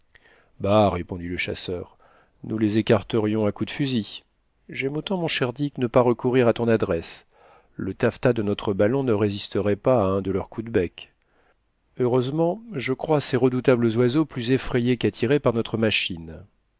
bah répondit le chasseur nous les écarterions à coups de fusil j'aime autant mon cher dick ne pas recourir à ton adresse le taffetas de notre ballon ne résisterait pas à un de leurs coups de bec heureusement je crois ces redoutables oiseaux plus effrayés qu'attirés par notre machine